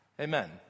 Amen